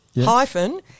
hyphen